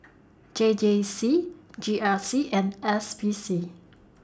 J J C G R C and S P C